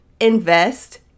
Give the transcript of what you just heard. invest